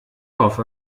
hoffe